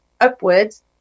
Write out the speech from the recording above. upwards